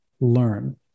learn